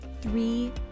three